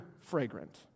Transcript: fragrant